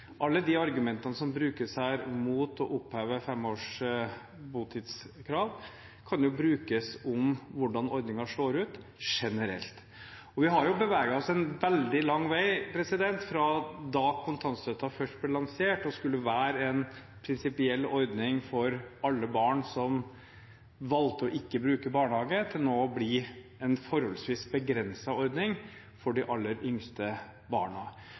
Alle de argumentene som brukes her mot å oppheve fem års botidskrav, kan jo brukes om hvordan ordningen slår ut generelt. Vi har beveget oss en veldig lang vei fra da kontantstøtten først ble lansert og skulle være en prinsipiell ordning for alle barn som valgte ikke å bruke barnehage, til nå å bli en forholdsvis begrenset ordning for de aller yngste barna.